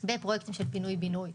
בפרויקטים של פינוי בינוי.